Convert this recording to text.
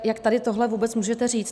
Jak tady tohle vůbec můžete říct?